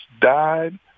died